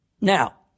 Now